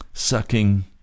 sucking